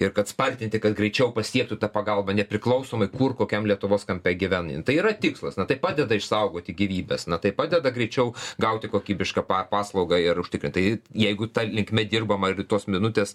ir kad spartinti kad greičiau pasiektų tą pagalbą nepriklausomai kur kokiam lietuvos kampe gyvena tai yra tikslas na tai padeda išsaugoti gyvybes na tai padeda greičiau gauti kokybišką pa paslaugą ir užtikrintai jeigu ta linkme dirbama ir tos minutės